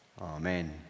amen